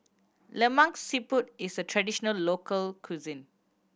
Lemak Siput is a traditional local cuisine